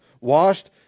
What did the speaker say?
washed